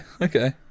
okay